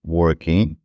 working